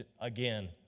again